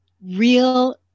real